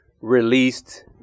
released